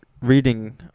reading